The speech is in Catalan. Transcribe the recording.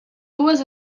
dues